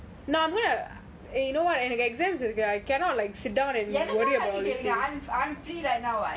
எனக்காக ஆச்சி கேளுங்க:ennakaaga aachi kealunga I'm I'm free right now what